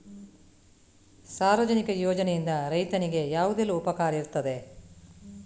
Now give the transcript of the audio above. ಸಾರ್ವಜನಿಕ ಯೋಜನೆಯಿಂದ ರೈತನಿಗೆ ಯಾವುದೆಲ್ಲ ಉಪಕಾರ ಇರ್ತದೆ?